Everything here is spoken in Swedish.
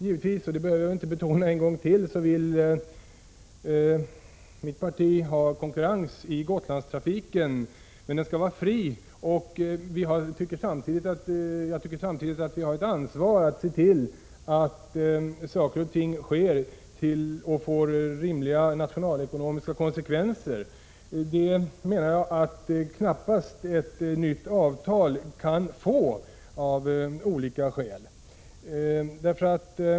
Givetvis — det behöver jag egentligen inte betona en gång till — vill det parti jag tillhör ha konkurrens i Gotlandstrafiken. Men den skall vara fri. Jag tycker att vi samtidigt har ett ansvar att se till att saker och ting får rimliga nationalekonomiska konsekvenser. Jag menar att detta av olika skäl knappast kan bli förhållandet efter upprättande av ett nytt avtal.